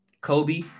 Kobe